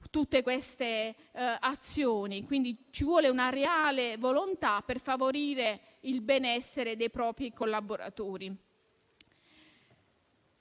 tutte queste azioni. Quindi, occorre una reale volontà per favorire il benessere dei propri collaboratori.